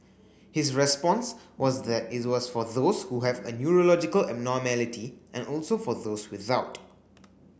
his response was that it was for those who have a neurological abnormality and also for those without